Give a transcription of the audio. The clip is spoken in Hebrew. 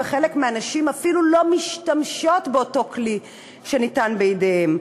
וחלק מהנשים אפילו לא משתמשות באותו כלי שניתן בידיהן.